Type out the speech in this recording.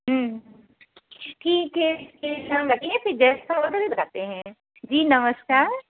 हूँ ठीक हैं फिर अभी फोन रखिए फिर जैसा हुआ करे बताते हैं जी नमस्कार